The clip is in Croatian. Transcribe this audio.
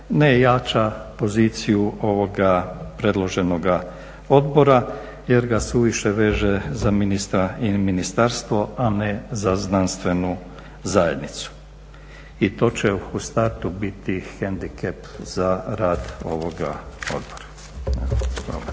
ne jača poziciju ovoga predloženoga odbora jer ga suviše veže za ministra ili ministarstvo a ne za znanstvenu zajednicu. I to će u startu biti hendikep za rad ovoga odbora.